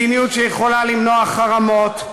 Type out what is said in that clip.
מדיניות שיכולה למנוע חרמות,